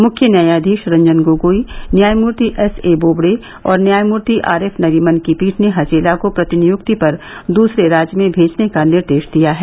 मुख्य न्यायाधीश रंजन गोगोई न्यायमूर्ति एस ए बोबड़े और न्यायमूर्ति आर एफ नरीमन की पीठ ने हजेला को प्रतिनियक्ति पर दूसरे राज्य में भेजने का निर्देश दिया है